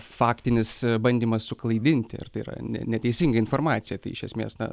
faktinis bandymas suklaidinti ir tai yra neteisinga informacija tai iš esmės na